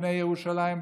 בני ירושלים,